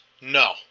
no